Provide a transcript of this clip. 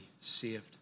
saved